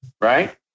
Right